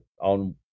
on